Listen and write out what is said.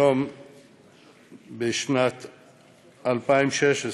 בשנת 2016,